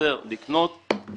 לייצר ולקנות.